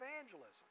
evangelism